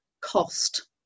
cost